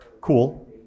Cool